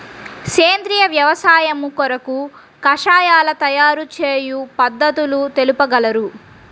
సేంద్రియ వ్యవసాయము కొరకు కషాయాల తయారు చేయు పద్ధతులు తెలుపగలరు?